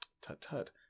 tut-tut